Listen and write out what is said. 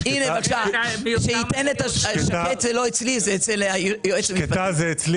שקט זה לא אצלי, זה אצל היועץ המשפטי.